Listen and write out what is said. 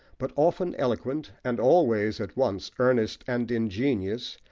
but often eloquent, and always at once earnest and ingenious,